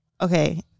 okay